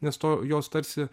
nes to jos tarsi